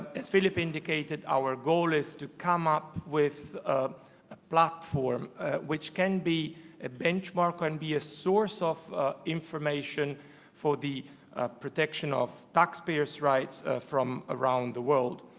as philip indicated, our goal is to come up with a platform which can be a benchmark and be a source of information for the protection of taxpayers' rights from around the world.